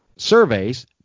Surveys